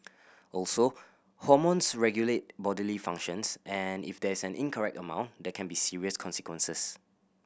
also hormones regulate bodily functions and if there is an incorrect amount there can be serious consequences